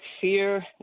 fear